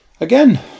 Again